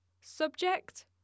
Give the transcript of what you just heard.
Subject